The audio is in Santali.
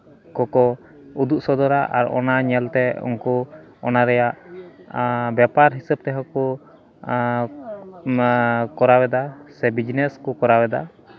ᱠᱚᱠᱚ ᱩᱫᱩᱜ ᱥᱚᱫᱚᱨᱟ ᱟᱨ ᱚᱱᱟ ᱧᱮᱞᱛᱮ ᱩᱱᱠᱩ ᱚᱱᱟ ᱨᱮᱭᱟᱜ ᱵᱮᱯᱟᱨ ᱦᱤᱥᱟᱹᱵ ᱛᱮᱦᱚᱸ ᱠᱚ ᱠᱚᱨᱟᱣᱮᱫᱟ ᱥᱮ ᱵᱤᱡᱽᱱᱮᱥ ᱠᱚ ᱠᱚᱨᱟᱣᱮᱫᱟ